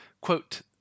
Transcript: Quote